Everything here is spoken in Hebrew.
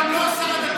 גם לא שר הדתות.